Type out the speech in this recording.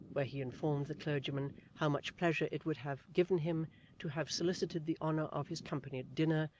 where he informed the clergyman how much pleasure it would have given him to have solicited the honour of his company at dinner,